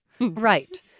Right